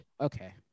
okay